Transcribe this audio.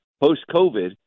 post-COVID